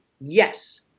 Yes